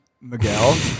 miguel